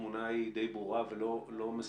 התמונה די ברורה ולא משמחת.